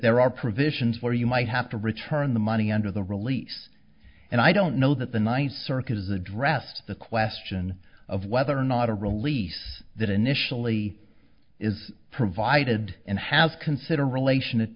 there are provisions where you might have to return the money under the release and i don't know that the nice circuit has addressed the question of whether or not a release that initially is provided and has considered relation